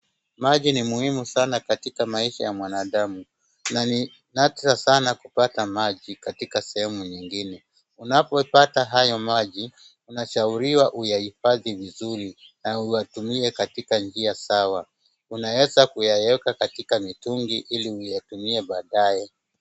Maji ni muhimu sana katika maisha ya mwanadamu na ni nadra sana kupata maji katika sehemu nyingine. Unapopata hayo maji, unashauriwa uyahifadhi vizuri na uyatumie katika njia sawa. Unaweza kuyaweka katika mitungi ili uyatumie baadaye.